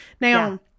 Now